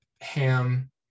Ham